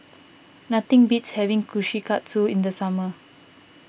nothing beats having Kushikatsu in the summer